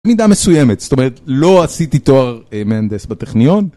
מידה מסויימת, זאת אומרת, לא עשיתי תואר מהנדס בטכניון.